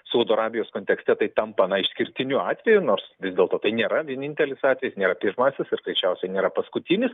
saudo arabijos kontekste tai tampa na išskirtiniu atveju nors vis dėlto tai nėra vienintelis atvej nėra pirmasis ir greičiausiai nėra paskutinis